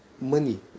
money